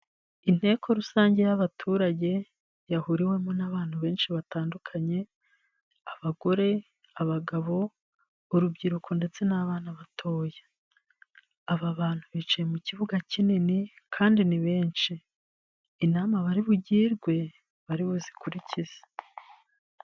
Inteko rusange y'abaturage yahuriwemo n'abantu benshi batandukanye abagore, abagabo ,urubyiruko ndetse n'abana batoya, aba bantu bicaye mu kibuga kinini kandi ni benshi inama bari bugirwe bari buzikurikize.